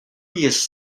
previous